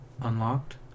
unlocked